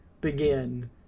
begin